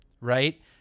right